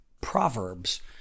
Proverbs